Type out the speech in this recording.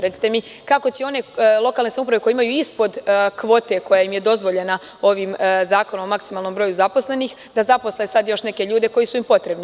Recite mi kako će lokalne samouprave koje imaju ispod kvote koja im je dozvoljena ovim Zakonom o maksimalnom broju zaposlenih, da zaposle još neke ljude koji su im potrebni?